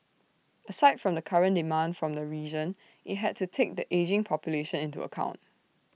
aside from the current demand from the region IT had to take the ageing population into account